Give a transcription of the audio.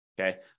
Okay